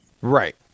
Right